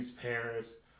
Paris